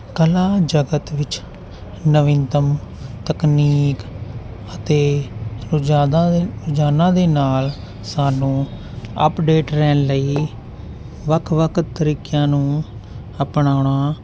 ਕਲਾ ਜਗਤ ਵਿੱਚ ਨਵੀਨਤਮ ਤਕਨੀਕ ਅਤੇ ਰੋਜਿਆਦਾ ਰੋਜ਼ਾਨਾ ਦੇ ਨਾਲ ਸਾਨੂੰ ਅਪਡੇਟ ਰਹਿਣ ਲਈ ਵੱਖ ਵੱਖ ਤਰੀਕਿਆਂ ਨੂੰ ਅਪਣਾਉਣਾ